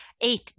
Eight